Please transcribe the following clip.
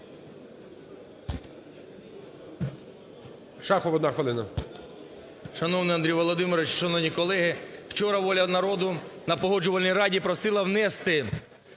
Шахов, одна хвилина.